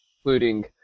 including